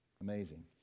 Amazing